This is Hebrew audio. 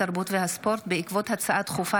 התרבות והספורט בעקבות הצעה דחופה